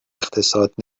اقتصاد